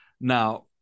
Now